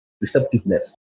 receptiveness